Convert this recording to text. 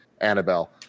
Annabelle